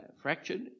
Fractured